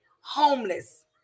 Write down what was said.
homeless